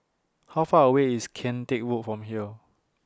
How Far away IS Kian Teck Road from here